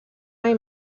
mai